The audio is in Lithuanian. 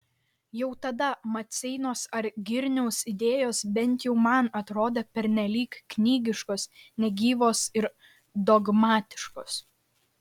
jau tada maceinos ar girniaus idėjos bent jau man atrodė pernelyg knygiškos negyvos ir dogmatiškos